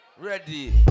ready